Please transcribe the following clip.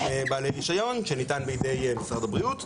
בעלי רישיון שניתן בידי משרד הבריאות.